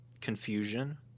confusion